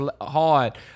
hard